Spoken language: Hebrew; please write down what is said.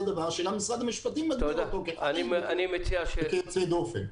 דבר שגם משרד המשפטים מגדיר אותו כיוצא דופן.